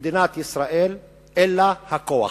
מדינת ישראל אלא הכוח.